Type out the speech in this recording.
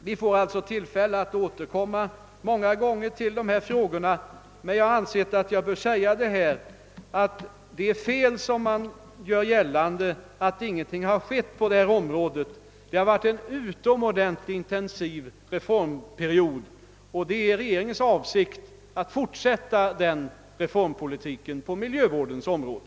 Vi får tillfälle att återkomma många gånger till dessa frågor, men jag har ansett mig böra framhålla att det är fel när det görs gällande att ingenting har ägt rum på detta område. Tvärtom har det varit en ytterst intensiv reformperiod, och det är regeringens avsikt att fortsätta reformpolitiken på miljövårdens område.